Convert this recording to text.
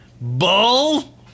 Bull